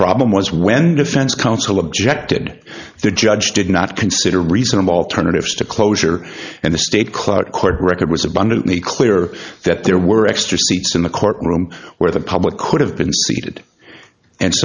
problem was when defense counsel objected the judge did not consider reasonable alternatives to closure and the state clout court record was abundantly clear that there were extra seats in the court room where the public could have been seated and